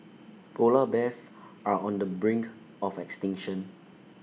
Polar Bears are on the brink of extinction